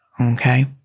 Okay